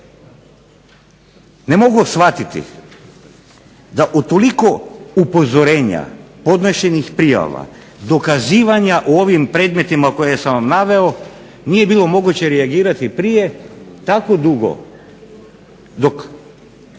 Ne mogu shvatiti da od toliko upozorenja, podnešenih prijava, dokazivanja o ovim predmetima koje sam vam naveo nije bilo moguće reagirati prije tako dugo dok